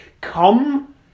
come